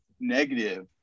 negative